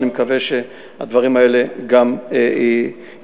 אני מקווה שהדברים האלה גם יתקבלו.